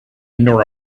nor